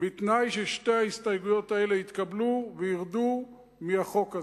בתנאי ששתי ההסתייגויות האלה יתקבלו וירדו מהחוק הזה.